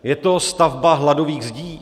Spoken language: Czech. Je to stavba hladových zdí?